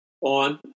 on